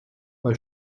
bei